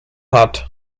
hat